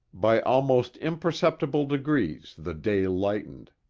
by almost imperceptible degrees the day lightened.